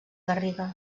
garriga